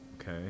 okay